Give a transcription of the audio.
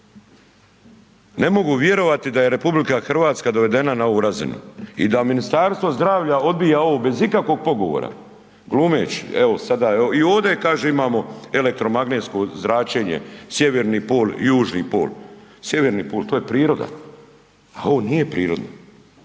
Ne mogu vjerovati da je RH dovedena na ovu razinu i da Ministarstvo zdravlja odbija ovo bez ikakvog pogovora, glumeći, evo sada i ovde kaže je imamo elektromagnetno zračenje, sjeverni pol, južni pol, sjeverni pol to je priroda, a ovo nije prirodno.